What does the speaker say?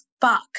fuck